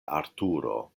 arturo